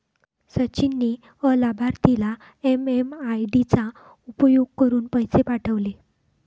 सचिन ने अलाभार्थीला एम.एम.आय.डी चा उपयोग करुन पैसे पाठवले